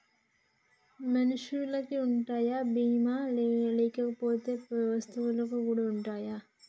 మనుషులకి ఉంటాయా బీమా లు లేకపోతే వస్తువులకు కూడా ఉంటయా?